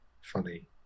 funny